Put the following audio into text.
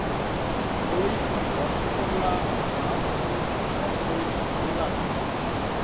দই রসগোল্লা রাজভোগ সন্দেশ জিলাপি